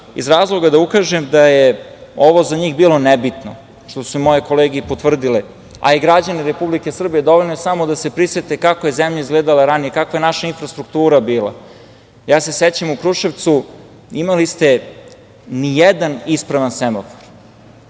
iz razloga da ukažem da je ovo za njih bilo nebitno, što su moje kolege i potvrdile, a i građani Republike Srbije dovoljno su samo da se prisete kako je zemlja izgledala ranije, kakva je naša infrastruktura bila. Sećam se, u Kruševcu imali ste ni jedan ispravan semafor,